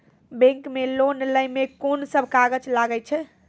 Bank मे loan लै मे कोन सब कागज लागै छै?